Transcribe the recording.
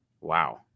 Wow